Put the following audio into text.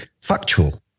factual